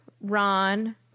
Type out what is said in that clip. Ron